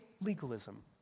legalism